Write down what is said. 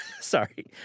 Sorry